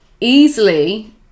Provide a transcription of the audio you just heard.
easily